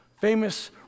famous